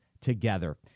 together